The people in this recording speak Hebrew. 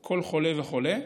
כל חולה וחולה.